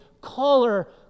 color